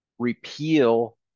Repeal